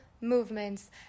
movements